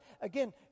Again